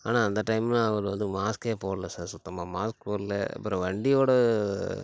ஆனால் அந்த டைம்ல அவர் வந்து மாஸ்க்கே போடல சார் சுத்தமாக மாஸ்க் போடல அப்புறம் வண்டியோட